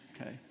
okay